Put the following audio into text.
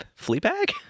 Fleabag